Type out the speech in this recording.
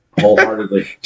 wholeheartedly